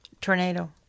tornado